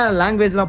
language